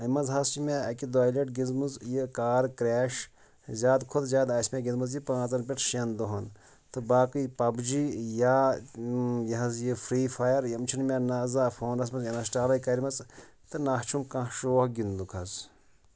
اَمہِ منٛز حظ چھِ مےٚ اَکہِ دۄیہِ لَٹہِ گِنٛدٕمٕژ یہِ کار کرٛیش زیادٕ کھۄتہٕ زیادٕ آسہِ مےٚ گِنٛدٕمٕژ یہِ پانٛژَن پٮ۪ٹھ شٮ۪ن دۄہَن تہٕ باقٕے پَب جی یا یہِ حظ یہِ فرٛی فایر یِم چھِ نہٕ مےٚ نہ زانٛہہ فونَس منٛز اِنَسٹالٕے کَرِمَژٕ تہٕ نہَ چھُم کانٛہہ شوق گِنٛدنُک حظ